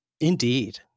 Indeed